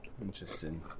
interesting